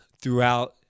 throughout